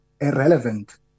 irrelevant